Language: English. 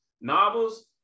novels